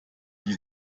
die